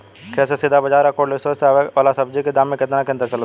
खेत से सीधा बाज़ार आ कोल्ड स्टोर से आवे वाला सब्जी के दाम में केतना के अंतर चलत बा?